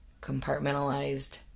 compartmentalized